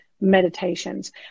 meditations